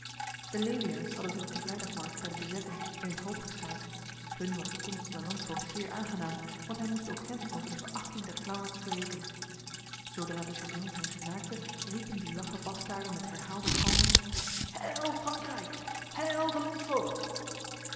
de leliaards hadden zich op de vrijdagmarkt bij de bezetting in een hoop geschaard hun was de komst van de landvoogd zeer aangenaam want hij moest ook hen over de verachting der klauwaards wreken zodra de chatillon hen genaakte riepen die laffe bastaarden met herhaalde galmen heil frankrijk